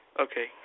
Okay